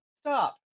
Stop